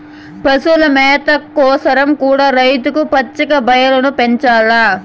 పశుల మేత కోసరం కూడా రైతులు పచ్చిక బయల్లను పెంచాల్ల